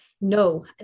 no